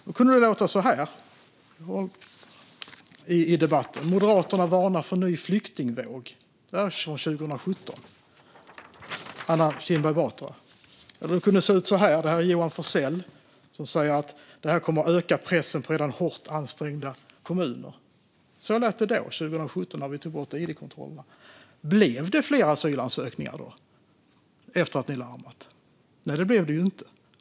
Då kunde det låta så här i debatten - jag visar nu upp en tidningsrubrik: Moderaterna varnar för ny flyktingvåg. Det var 2017 och Anna Kinberg Batra. Jag har också en annan artikel här där Johan Forssell säger att detta kommer att öka pressen på redan hårt ansträngda kommuner. Så lät det då, 2017, när vi tog bort id-kontrollerna. Blev det då fler asylansökningar efter att ni larmat? Nej, det blev det inte.